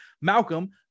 Malcolm